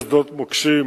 יש שדות מוקשים